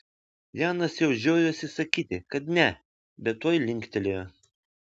janas jau žiojosi sakyti kad ne bet tuoj linktelėjo